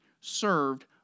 served